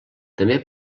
també